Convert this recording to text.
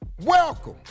welcome